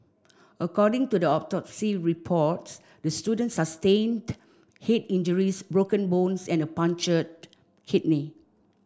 according to the reports the student sustained head injuries broken bones and a punctured kidney